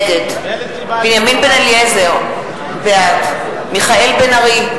נגד בנימין בן-אליעזר, בעד מיכאל בן-ארי,